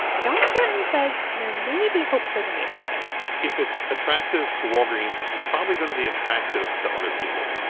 john stanton says there may be hope for the neighborhood if it's attractive to walgreens, it's probably going to be attractive to other people.